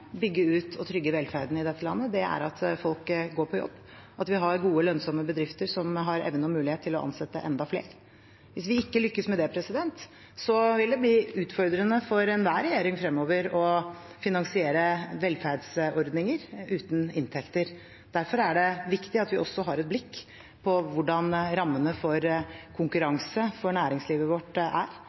bygge ut og trygge velferden i dette landet, er at folk går på jobb, og at vi har gode, lønnsomme bedrifter som har evne og mulighet til å ansette enda flere. Hvis vi ikke lykkes med det, vil det bli utfordrende for enhver regjering fremover å finansiere velferdsordninger – uten inntekter. Derfor er det viktig at vi også har et blikk på hvordan rammene for konkurranse for næringslivet vårt er,